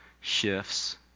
shifts